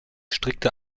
strikte